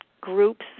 groups